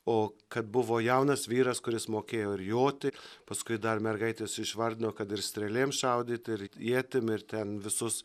o kad buvo jaunas vyras kuris mokėjo ir joti paskui dar mergaitės išvardino kad ir strėlėm šaudyti ir ietimi ir ten visus